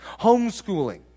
homeschooling